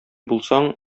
булсаң